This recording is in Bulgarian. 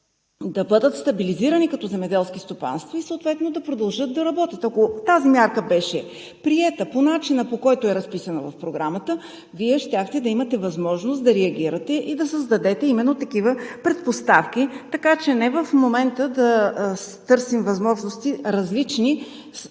да бъдат стабилизирани като земеделски стопанства и съответно да продължат да работят. Ако тази мярка беше приета по начина, по който е разписана в Програмата, Вие щяхте да имате възможност да реагирате и да създадете именно такива предпоставки, така че не в момента да търсим възможности, различни